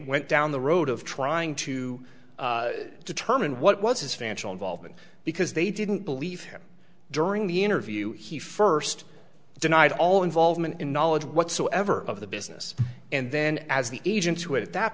went down the road of trying to determine what was his financial involvement because they didn't believe him during the interview he first denied all involvement in knowledge whatsoever of the business and then as the agents who at that